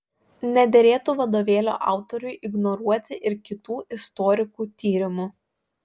nederėtų vadovėlio autoriui ignoruoti ir kitų istorikų tyrimų